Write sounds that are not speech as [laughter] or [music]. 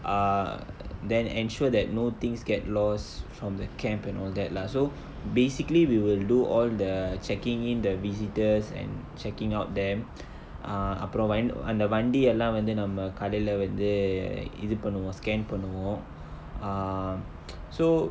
err then ensure that no things get lost from the camp and all that lah so basically we will do all the checking in the visitors and checking out them ah அப்புறம்:appuram went அந்த வண்டியில வந்து நம்ம கடைல வந்து இது பண்ணுவோ:antha vandiyila vanthu namma kadaila vanthu ithu pannuvo scan பண்ணுவோ:pannuvo ah [noise] so